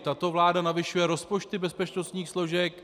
Tato vláda navyšuje rozpočty bezpečnostních složek.